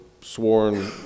sworn